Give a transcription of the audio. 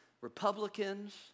Republicans